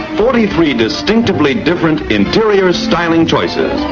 forty-three distinctively different interior styling choices.